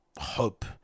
hope